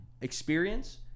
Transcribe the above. experience